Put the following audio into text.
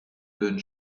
bonne